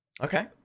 Okay